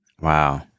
Wow